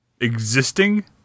Existing